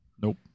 Nope